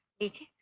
it